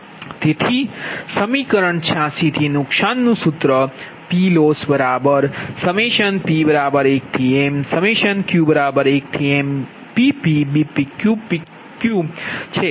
તેથી સમીકરણ 86 થી નુકસાન નું સૂત્ર PLossp1mq1mPpBpqPq છે